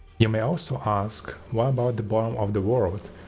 you may also ask, what about the bottom of the world.